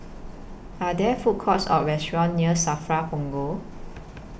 Are There Food Courts Or restaurants near SAFRA Punggol